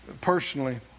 personally